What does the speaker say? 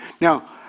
Now